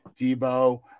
Debo